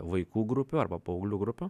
vaikų grupių arba paauglių grupių